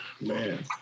Man